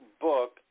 book